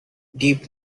deep